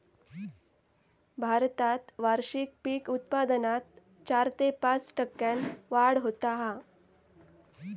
भारतात वार्षिक पीक उत्पादनात चार ते पाच टक्क्यांन वाढ होता हा